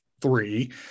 three